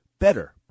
better